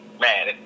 Man